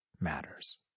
matters